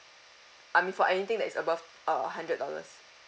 I mean for anything that is above uh hundred dollars